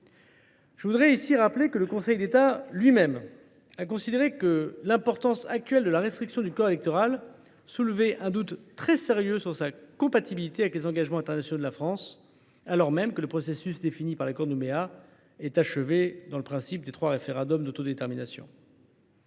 Je rappelle par ailleurs que le Conseil d’État a lui même considéré que l’importance actuelle de la restriction du corps électoral soulevait un doute très sérieux sur sa compatibilité avec les engagements internationaux de la France, alors que le processus défini par l’accord de Nouméa est achevé, les trois référendums ayant eu lieu.